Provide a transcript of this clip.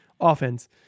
offense